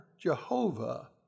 Jehovah